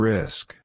Risk